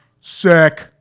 Sick